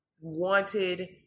wanted